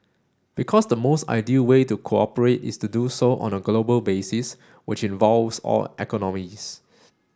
because the most ideal way to cooperate is to do so on a global basis which involves all economies